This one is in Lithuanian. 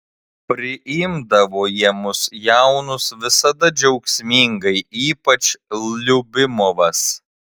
priimdavo jie mus jaunus visada džiaugsmingai ypač liubimovas